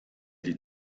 die